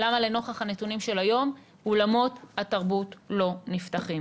למה לנוכח הנתונים של היום אולמות התרבות לא נפתחים.